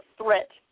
threat